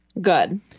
Good